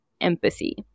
empathy